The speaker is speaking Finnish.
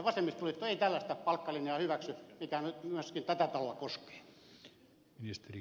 vasemmistoliitto ei tällaista palkkalinjaa hyväksy mikä nyt myöskin tätä taloa koskee